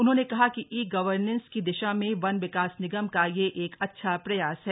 उन्होंने कहा कि ई गवर्नेस की दिशा में वन विकास निगम का यह एक अच्छा प्रयास है